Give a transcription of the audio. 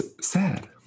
sad